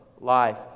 life